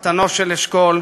חתנו של אשכול,